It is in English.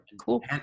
cool